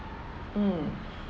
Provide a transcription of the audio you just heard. mm